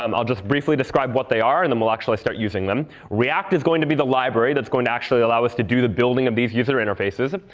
um i'll just briefly describe what they are, and then we'll actually start using them. react is going to be the library that's going to actually allow us to do the building of these user interfaces.